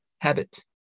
Habit